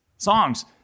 Songs